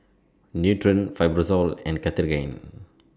Nutren Fibrosol and Cartigain